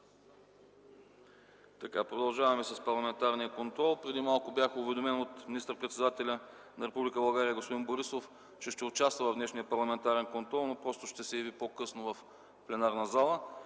Продължаваме с: ПАРЛАМЕНТАРЕН КОНТРОЛ. Преди малко бях уведомен от министър-председателя на Република България господин Борисов, че ще участва в днешния парламентарен контрол, но ще се яви по-късно в пленарната зала.